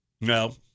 No